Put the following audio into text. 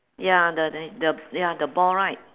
ya the the the ya the ball right